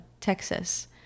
texas